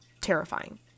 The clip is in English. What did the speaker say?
terrifying